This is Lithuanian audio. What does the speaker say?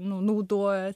naudoja ten